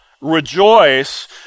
rejoice